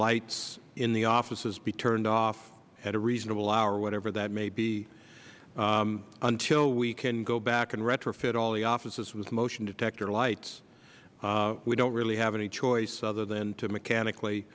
lights in the offices be turned off at a reasonable hour whatever that may be until we can go back and retrofit all of the offices with motion detector lights we do not really have any choice other than to mechanically